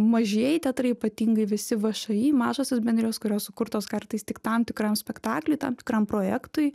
mažieji teatrai ypatingai visi všį mažosios bendrijos kurios sukurtos kartais tik tam tikram spektaklių tam tikram projektui